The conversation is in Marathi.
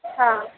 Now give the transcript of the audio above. हां